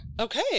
Okay